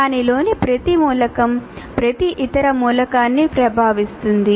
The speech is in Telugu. దానిలోని ప్రతి మూలకం ప్రతి ఇతర మూలకాన్ని ప్రభావితం చేస్తుంది